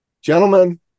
Gentlemen